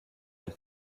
and